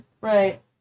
Right